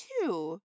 two